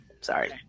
sorry